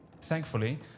Thankfully